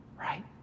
right